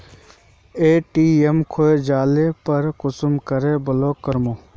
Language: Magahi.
ए.टी.एम खोये जाले पर कुंसम करे ब्लॉक करूम?